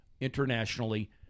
internationally